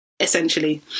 essentially